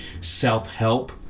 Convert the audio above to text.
self-help